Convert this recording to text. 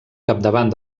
capdavant